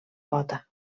pota